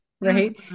Right